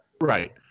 Right